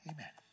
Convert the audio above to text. Amen